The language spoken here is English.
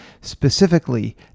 specifically